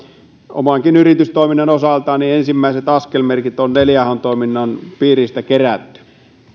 omankin yritystoiminnan osalta ensimmäiset askelmerkit on neljä h toiminnan piiristä kerätty